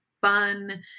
fun